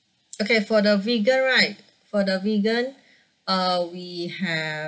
okay for the vegan right for the vegan uh we have